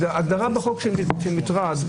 ההגדרה בחוק של מטרד: